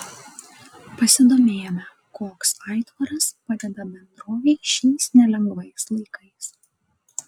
pasidomėjome koks aitvaras padeda bendrovei šiais nelengvais laikais